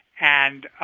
and,